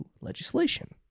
legislation